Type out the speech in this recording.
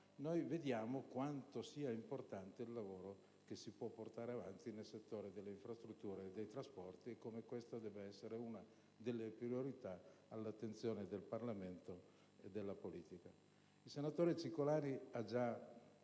vediamo quanto sia importante il lavoro che si può portare avanti nel settore delle infrastrutture e dei trasporti, e come questo debba essere uno delle priorità all'attenzione del Parlamento e della politica. Il senatore Cicolani ha già